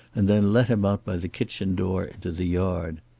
and then let him out by the kitchen door into the yard.